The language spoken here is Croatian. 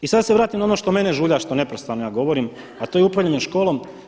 I sada da se vratim na ono što mene žulja što neprestano ja govorim, a to je upravljanje školom.